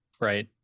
right